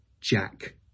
Jack